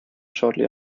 shortly